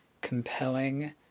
compelling